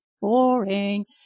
boring